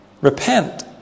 Repent